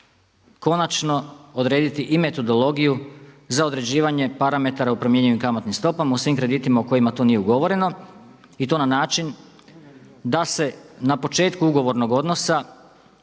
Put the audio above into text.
konačno odrediti i metodologiju za određivanje parametara u promjenjivim kamatnim stopama u svim kreditima u kojima to nije ugovoreno i to na način da se na početku ugovornog odnosa